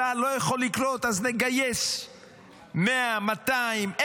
צה"ל לא יכול לקלוט, אז נגייס 100, 200,